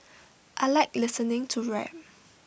I Like listening to rap